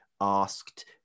asked